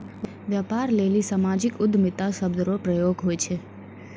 व्यापार लेली सामाजिक उद्यमिता शब्द रो प्रयोग हुवै छै